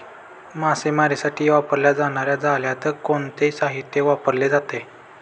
मासेमारीसाठी वापरल्या जाणार्या जाळ्यात कोणते साहित्य वापरले जाते?